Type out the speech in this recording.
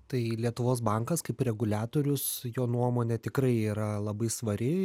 tai lietuvos bankas kaip reguliatorius jo nuomonė tikrai yra labai svari